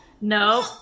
No